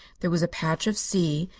there was a patch of sea,